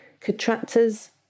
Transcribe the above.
contractors